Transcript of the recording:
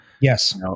Yes